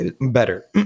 better